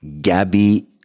Gabby